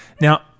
Now